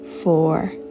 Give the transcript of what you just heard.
four